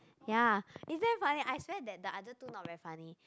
ya is damn funny I swear that the other two not very funny